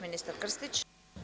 Ministar Krstić.